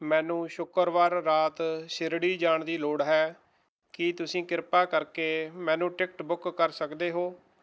ਮੈਨੂੰ ਸ਼ੁੱਕਰਵਾਰ ਰਾਤ ਸ਼ਿਰਡੀ ਜਾਣ ਦੀ ਲੋੜ ਹੈ ਕੀ ਤੁਸੀਂ ਕਿਰਪਾ ਕਰਕੇ ਮੈਨੂੰ ਟਿਕਟ ਬੁੱਕ ਕਰ ਸਕਦੇ ਹੋ